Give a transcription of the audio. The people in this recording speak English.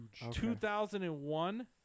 2001